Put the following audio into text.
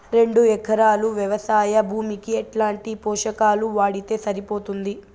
రెండు ఎకరాలు వ్వవసాయ భూమికి ఎట్లాంటి పోషకాలు వాడితే సరిపోతుంది?